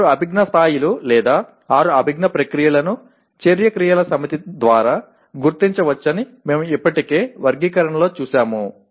ఆరు అభిజ్ఞా స్థాయిలు లేదా ఆరు అభిజ్ఞా ప్రక్రియలను చర్య క్రియల సమితి ద్వారా గుర్తించవచ్చని మేము ఇప్పటికే వర్గీకరణలో చూశాము